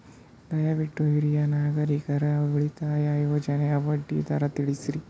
ದಯವಿಟ್ಟು ಹಿರಿಯ ನಾಗರಿಕರ ಉಳಿತಾಯ ಯೋಜನೆಯ ಬಡ್ಡಿ ದರ ತಿಳಸ್ರಿ